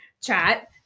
chat